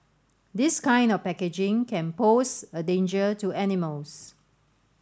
this kind of packaging can pose a danger to animals